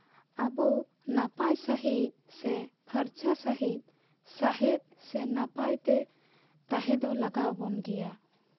ᱟᱵᱚ ᱱᱟᱯᱟᱭ ᱥᱟᱺᱦᱤᱡ ᱥᱮ ᱯᱷᱟᱨᱪᱟ ᱥᱟᱺᱦᱤᱡ ᱥᱟᱦᱮᱸᱫ ᱥᱮ ᱱᱟᱯᱟᱭ ᱛᱮ ᱛᱟᱦᱮᱸ ᱫᱚ ᱞᱟᱜᱟᱣ ᱵᱚᱱ ᱜᱮᱭᱟ